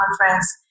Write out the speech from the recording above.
conference